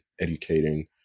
educating